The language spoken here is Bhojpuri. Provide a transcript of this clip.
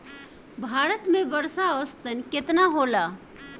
भारत में वर्षा औसतन केतना होला?